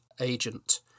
agent